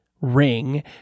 Ring